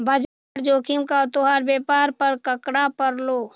बाजार जोखिम का तोहार व्यापार पर क्रका पड़लो